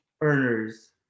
earners